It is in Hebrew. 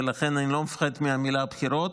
ולכן אני לא מפחד מהמילה בחירות.